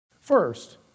First